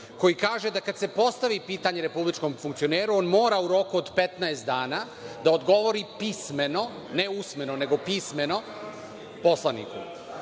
koji kaže da kada se postavi pitanje republičkom funkcioneru, on mora u roku od 15 dana da odgovori pismeno, ne usmeno poslaniku.